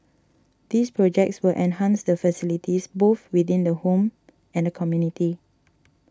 these projects will enhance the facilities both within the home and community